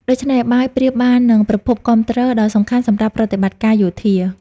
ដូច្នេះ បាយប្រៀបបាននឹងប្រភពគាំទ្រដ៏សំខាន់សម្រាប់ប្រតិបត្តិការយោធា។